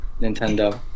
Nintendo